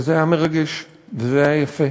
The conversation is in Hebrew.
וזה היה מרגש, היה יפה.